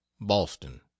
boston